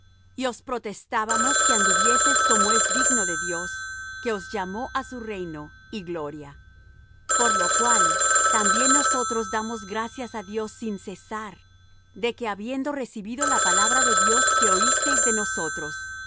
os protestábamos que anduvieseis como es digno de dios que os llamó á su reino y gloria por lo cual también nosotros damos gracias á dios sin cesar de que habiendo recibido la palabra de dios que oísteis de nosotros